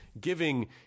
giving